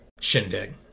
shindig